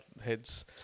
heads